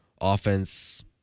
offense